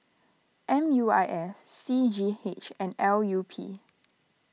M U I S C G H and L U P